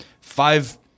five